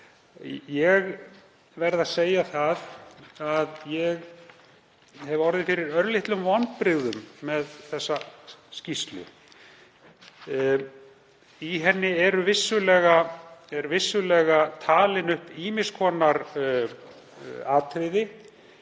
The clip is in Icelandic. Ég verð að segja að ég hef orðið fyrir örlitlum vonbrigðum með skýrsluna. Í henni eru vissulega talin upp ýmiss konar atriði.